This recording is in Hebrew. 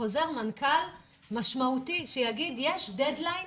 חוזר מנכ"ל משמעותי שיגיד: יש דד-ליין